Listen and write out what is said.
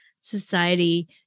society